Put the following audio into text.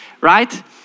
Right